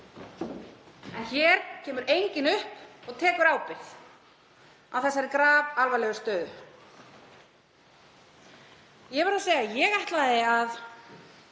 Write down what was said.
En hér kemur enginn upp og tekur ábyrgð að þessari grafalvarlegu stöðu. Ég verð að segja að ég íhugaði að